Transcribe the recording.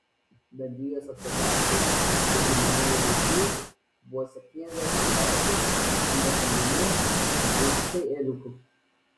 bendrijos atgabentų deginamųjų aukų buvo septyniasdešimt jaučių šimtas avinų ir du šimtai ėriukų